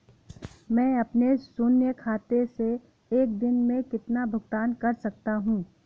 मैं अपने शून्य खाते से एक दिन में कितना भुगतान कर सकता हूँ?